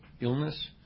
illness